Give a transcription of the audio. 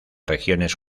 regiones